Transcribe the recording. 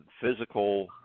physical